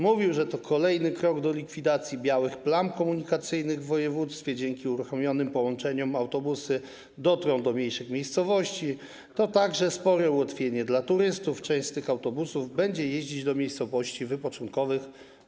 Mówił, że to kolejny krok do likwidacji białych plam komunikacyjnych w województwie, że dzięki uruchomionym połączeniom autobusy dotrą do mniejszych miejscowości, że to spore ułatwienie dla turystów, bo część autobusów będzie jeździć do miejscowości wypoczynkowych.